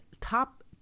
top